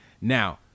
Now